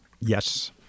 Yes